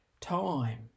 time